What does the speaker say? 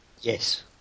Yes